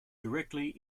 directly